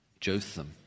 Jotham